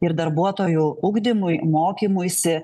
ir darbuotojų ugdymui mokymuisi